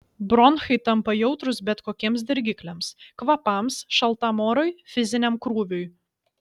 bronchai tampa jautrūs bet kokiems dirgikliams kvapams šaltam orui fiziniam krūviui